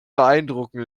beeindrucken